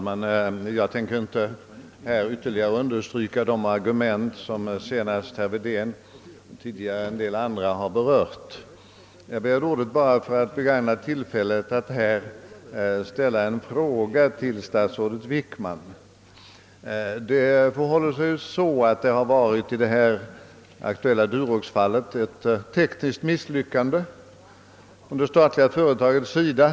Herr talman! Jag har inte för avsikt att ytterligare understryka de argument som herr Wedén och före honom några andra talare har berört, utan jag har begärt ordet för att ställa en fråga till statsrådet Wickman. Duroxfallet är ju bl.a. ett tekniskt misslyckande från det statliga företagets sida.